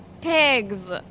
pigs